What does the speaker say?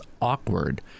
awkward